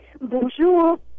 Bonjour